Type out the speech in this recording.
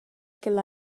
ch’el